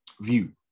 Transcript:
view